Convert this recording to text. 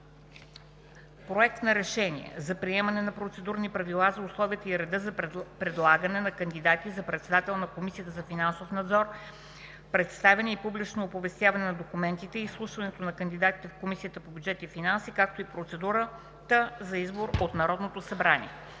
„Проект! РЕШЕНИЕ за приемане на Процедурни правила за условията и реда за предлагане на кандидати за председател на Комисията за финансов надзор, представяне и публично оповестяване на документите и изслушването на кандидатите в Комисията по бюджет и финанси, както и процедурата за избор от Народното събрание